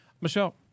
Michelle